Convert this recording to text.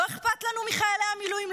לא אכפת לנו מחיילי המילואים?